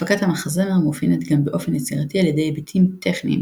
הפקת המחזמר מאופיינת גם באופן יצירתי על ידי היבטים טכניים,